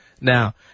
Now